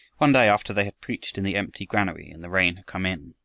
one day, after they had preached in the empty granary and the rain had come in,